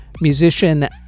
Musician